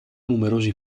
numerosi